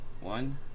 One